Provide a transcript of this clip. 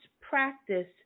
practice